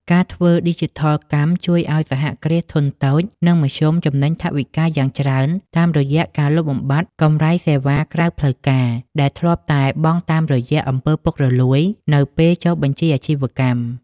ការធ្វើឌីជីថលកម្មជួយឱ្យ សហគ្រាសធុនតូច និងមធ្យម ចំណេញថវិកាយ៉ាងច្រើនតាមរយៈការលុបបំបាត់ "កម្រៃសេវាក្រៅផ្លូវការ" ដែលធ្លាប់តែបង់តាមរយៈ អំពើពុករលួយ នៅពេលចុះបញ្ជីអាជីវកម្ម។